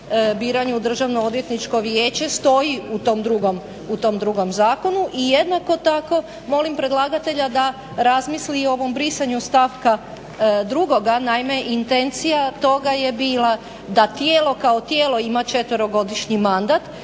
biranju Državno odvjetničko vijeće stoji u tom drugom zakonu. I jednako tako molim predlagatelja da razmisli i ovom brisanju stavka 2. Naime intencija toga je bila da tijelo kao tijelo ima četverogodišnji mandat